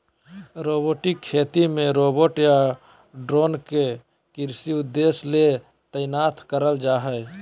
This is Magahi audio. रोबोटिक खेती मे रोबोट या ड्रोन के कृषि उद्देश्य ले तैनात करल जा हई